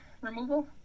removal